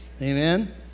Amen